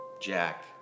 Jack